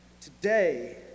today